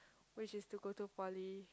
which is to go to poly